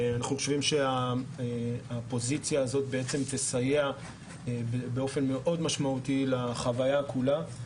אנחנו חושבים שהפוזיציה הזו תסייע באופן מאוד משמעותי לחוויה כולה.